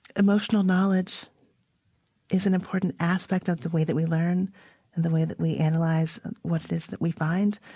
emotional knowledge is an important aspect of the way that we learn and the way that we analyze what it is that we find.